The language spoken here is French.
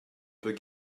peut